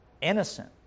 innocent